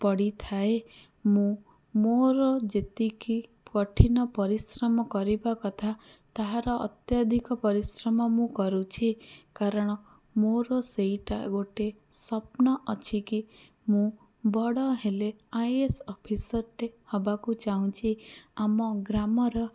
ପଡ଼ିଥାଏ ମୁଁ ମୋର ଯେତିକି କଠିନ ପରିଶ୍ରମ କରିବା କଥା ତାହାର ଅତାଧିକ ପରିଶ୍ରମ ମୁଁ କରୁଛି କାରଣ ମୋର ସେଇଟା ଗୋଟେ ସ୍ଵପ୍ନ ଅଛି କି ମୁଁ ବଡ଼ ହେଲେ ଆଇ ଏ ଏସ୍ ଅଫିସର୍ଟେ ହବାକୁ ଚାଁହୁଛି ଆମ ଗ୍ରାମର